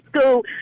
school